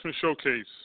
Showcase